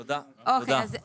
אוקיי,